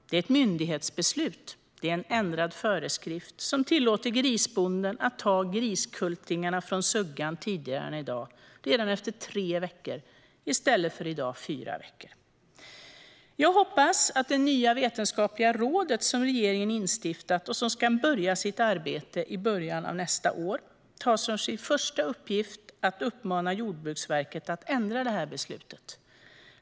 Det är ett myndighetsbeslut, en ändrad föreskrift, som tillåter grisbonden att ta griskultingarna från suggan tidigare än i dag, redan efter tre veckor i stället för efter fyra veckor. Jag hoppas att det nya vetenskapliga råd som regeringen instiftat och som ska börja sitt arbete i början av nästa år tar som sin första uppgift att uppmana Jordbruksverket att ändra det här beslutet.